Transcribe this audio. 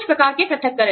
कुछ प्रकार के पृथक्करण